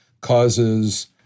causes